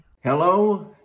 Hello